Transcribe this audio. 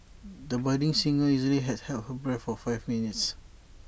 the budding singer easily held her her breath for five minutes